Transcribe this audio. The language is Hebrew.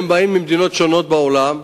הם באים ממדינות שונות בעולם,